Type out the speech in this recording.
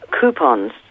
coupons